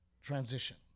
transition